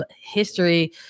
history